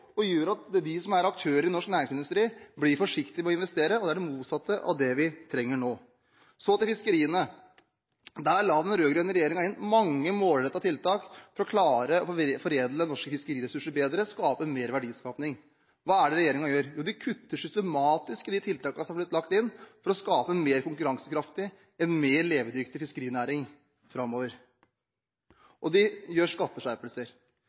og det gjør at de som er aktører i norsk næringsmiddelindustri, blir forsiktige med å investere. Det er det motsatte av det vi trenger nå. Så til fiskeriene. Den rød-grønne regjeringen la der inn mange målrettede tiltak for å klare å foredle norske fiskeriressurser bedre, for å legge til rette for mer verdiskaping. Hva gjør regjeringen? Jo, den kutter systematisk i de tiltakene som er blitt lagt inn for å skape en mer konkurransekraftig, en mer levedyktig fiskerinæring framover.